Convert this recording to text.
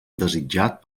desitjat